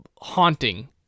haunting